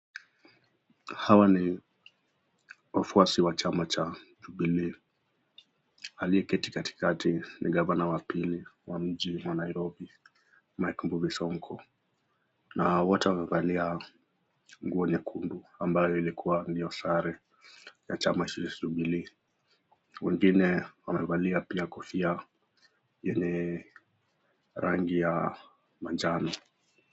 Hawa ni wafuasi wa chama cha Jubilee. Aliyeketi katikati ni gavana wa pili wa mji wa nairobi Micheal Mbuvi Sonko na wote wamevalia nguo nyekundu ambayo ilikuwa ndiyo sare ya chama cha jubilee. Wengine wamevalia pia kofia yenye rangi ya manjano.